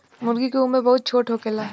मूर्गी के उम्र बहुत छोट होखेला